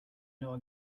know